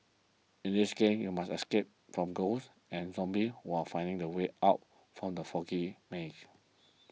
in this game you must escape from ghosts and zombies while finding the way out from the foggy maze